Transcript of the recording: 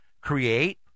create